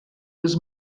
was